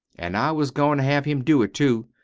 an' i was goin' to have him do it, too.